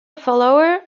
follower